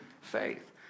faith